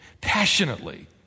passionately